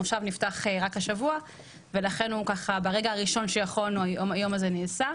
הכנסת נפתח רק השבוע אז ברגע הראשון שיכולנו היום הזה מתקיים.